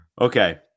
Okay